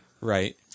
Right